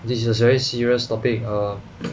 this is a very serious topic err